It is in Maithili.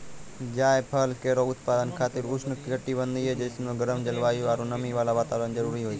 जायफल केरो उत्पादन खातिर उष्ण कटिबंधीय जैसनो गरम जलवायु आरु नमी वाला वातावरण जरूरी होय छै